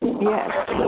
Yes